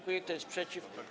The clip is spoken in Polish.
Kto jest przeciw?